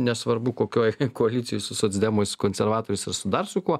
nesvarbu kokioj koalicijoj su socdemais su konservatoriais ar su dar su kuo